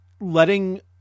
letting